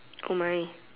oh my